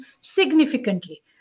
significantly